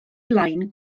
blaen